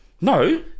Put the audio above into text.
No